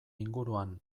inguruan